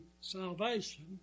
salvation